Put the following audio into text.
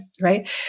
right